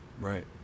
right